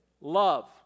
Love